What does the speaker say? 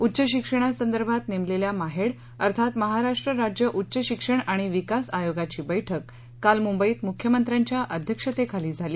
उच्च शिक्षणासंदर्भात नेमलेल्या माहेड अर्थात महाराष्ट्र राज्य उच्च शिक्षण आणि विकास आयोगाची बैठक काल मुंबईत मुख्यमंत्र्यांच्या अध्यक्षतेखाली झाली